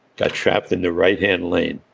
got trapped in the right hand lane,